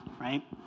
right